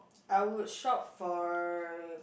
I would shop for